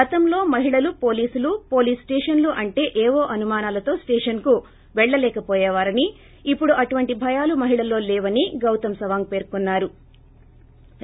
గతంలో మహిళలు పోలీసులు పోలీస్ స్టేషన్లు అంటే ఏవేవో అనుమానాలతో స్టేషన్కు పెళ్లలేక వోయేవారని ఇప్పడు అలాంటి భయాలు మహిళల్లో లేవని డీజీపీ గౌతమ్ సవాంగ్ పేర్కొన్సారు